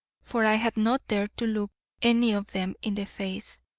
for i had not dared to look any of them in the face,